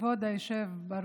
כבוד היושב בראש,